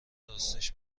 راستش